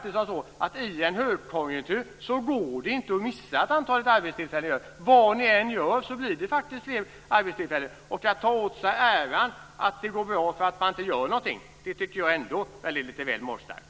I en högkonjunktur går det inte att missa att antalet arbetstillfällen ökar. Vad ni än gör blir det fler arbetstillfällen. Att ta åt sig äran för att det går bra när man inte gör någonting är ändå, tycker jag, lite väl magstarkt.